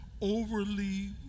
overly